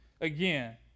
again